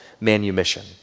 manumission